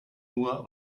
nur